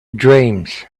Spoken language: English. dreams